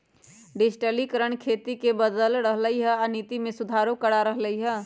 डिजटिलिकरण खेती के बदल रहलई ह आ नीति में सुधारो करा रह लई ह